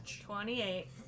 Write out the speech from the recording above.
Twenty-eight